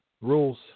Rules